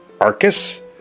Arcus